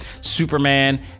superman